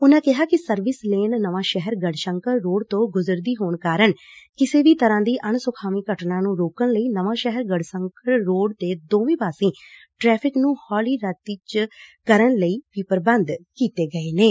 ਉਨ੍ਹਾ ਕਿਹਾ ਕਿ service lane Nawanshahr Garhshankar road ਤੋ ਗੁਜਰਦੀ ਹੋਣ ਕਾਰਨ ਕਿਸੇ ਵੀ ਤਰ੍ਹਾ ਦੀ ਅਣ ਸੁਖਾਵੀ ਘਟਨਾ ਨੁੰ ਰੋਕਣ ਲਈ ਨਵਾਂ ਸ਼ਹਿਰ ਗੜੁਸੰਕਰ ਰੋਡ ਤੇ ਦੋਵੀ ਪਾਸੀ ਟ੍ਰੈਫਿਕ ਨੁੰ ਹੌਲੀ ਗਤੀ ਚ ਕਰਨ ਲਈ ਵੀ ਪ੍ਰਬੰਧ ਕੀਤੇ ਜਾਣਗੇ